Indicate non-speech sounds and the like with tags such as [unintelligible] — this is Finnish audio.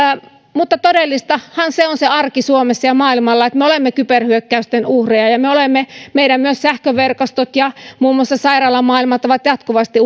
mutta todellistahan on suomessa ja maailmalla se arki että me olemme kyberhyökkäysten uhreja ja myös meidän sähköverkostot ja muun muassa sairaalamaailma ovat jatkuvasti [unintelligible]